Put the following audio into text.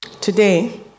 Today